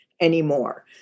anymore